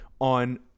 on